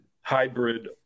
hybrid